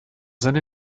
seine